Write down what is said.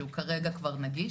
שהוא כרגע כבר נגיש.